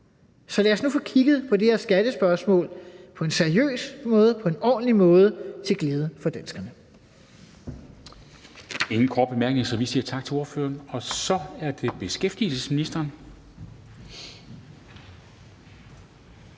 Så lad os nu få kigget på det her skattespørgsmål på en seriøs og ordentlig måde til glæde for danskerne.